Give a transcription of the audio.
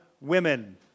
women